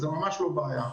זה ממש לא בעיה.